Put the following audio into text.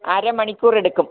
അര മണിക്കൂർ എടുക്കും